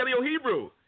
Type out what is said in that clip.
Paleo-Hebrew